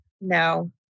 no